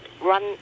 run